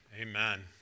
Amen